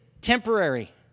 temporary